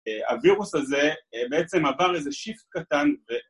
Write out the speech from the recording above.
הווירוס הזה בעצם עבר איזה שיפט קטן ו...